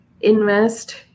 invest